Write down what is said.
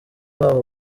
baho